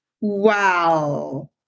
Wow